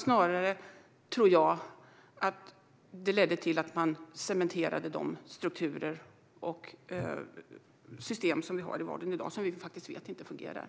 Jag tror snarare att det ledde till att man cementerade de strukturer och system som vi har i vården i dag, som vi vet inte fungerar.